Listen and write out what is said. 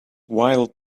wild